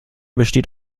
besteht